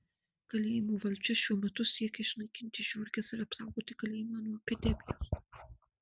kalėjimo valdžia šiuo metu siekia išnaikinti žiurkes ir apsaugoti kalėjimą nuo epidemijos